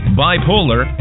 bipolar